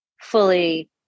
fully